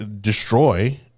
destroy